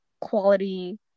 quality